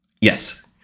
yes